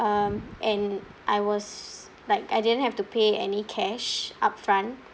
um and I was like I didn't have to pay any cash upfront